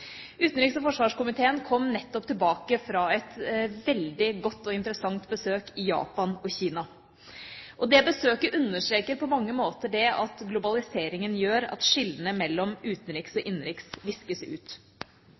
Utenriks- og forsvarskomiteen kom nettopp tilbake fra et veldig godt og interessant besøk i Japan og Kina. Det besøket understreker på mange måter det at globaliseringen gjør at skillene mellom utenriks og innenriks viskes ut.